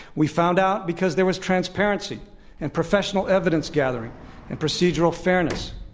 we found out because there was transparency and professional evidence gathering and procedural fairness.